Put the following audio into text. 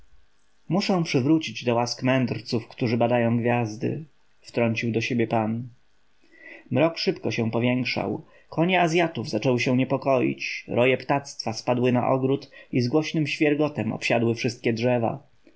muszę przywrócić do łaski mędrców którzy badają gwiazdy wtrącił do siebie pan mrok szybko się powiększał konie azjatów zaczęły się niepokoić roje ptactwa spadły na ogród i z głośnym świegotem obsiadły wszystkie drzewa